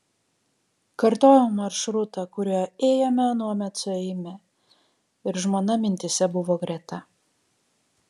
kartojau maršrutą kuriuo ėjome anuomet su eime ir žmona mintyse buvo greta